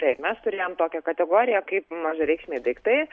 taip mes turėjom tokią kategoriją kaip mažareikšmiai daiktai